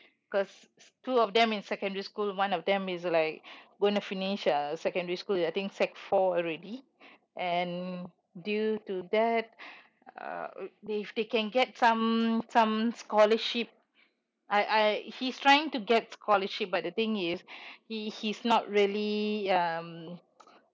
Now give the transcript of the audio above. cause s~ two of them in secondary school one of them is like going to finish uh secondary school I think sec four already and due to that uh if they can get some some scholarship I I he's trying to get scholarship but the thing is he he's not really um